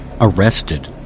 arrested